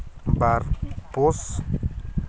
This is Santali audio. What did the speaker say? ᱵᱟᱨ ᱯᱩᱥ